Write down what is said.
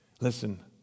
Listen